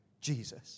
Jesus